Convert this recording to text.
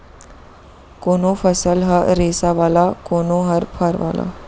कोनो फसल ह रेसा वाला, कोनो ह फर वाला